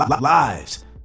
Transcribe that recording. lives